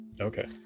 Okay